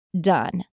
done